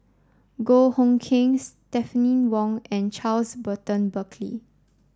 Goh Hood Keng Stephanie Wong and Charles Burton Buckley